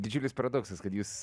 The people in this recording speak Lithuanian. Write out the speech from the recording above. didžiulis paradoksas kad jūs